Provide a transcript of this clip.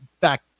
Back